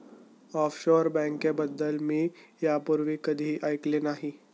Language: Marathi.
ऑफशोअर बँकेबद्दल मी यापूर्वी कधीही ऐकले नाही